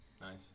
Nice